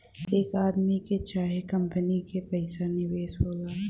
एक आदमी के चाहे कंपनी के पइसा निवेश होला